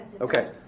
Okay